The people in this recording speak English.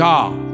God